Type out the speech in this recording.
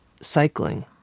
cycling